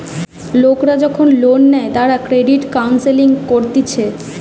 লোকরা যখন লোন নেই তারা ক্রেডিট কাউন্সেলিং করতিছে